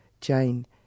Jane